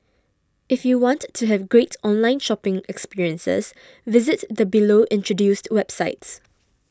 if you want to have great online shopping experiences visit the below introduced websites